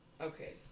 Okay